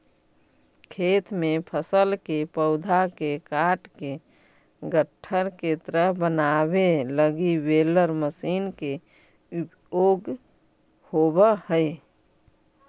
खेत में फसल के पौधा के काटके गट्ठर के तरह बनावे लगी बेलर मशीन के उपयोग होवऽ हई